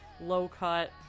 low-cut